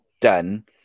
done